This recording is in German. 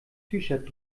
shirt